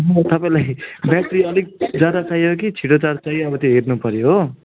तपाईँलाई ब्याट्री अलिक ज्यादा चाहियो कि छिट्टो चार्ज चाहियो अब त्यो हेर्नुपर्यो हो